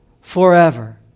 forever